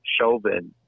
Chauvin